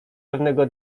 pewnego